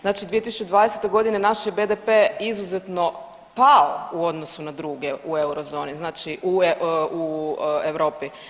Znači 2020. godine naš je BDP izuzetno pao u odnosu na druge u eurozoni, znači u Europi.